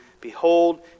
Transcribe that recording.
behold